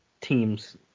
teams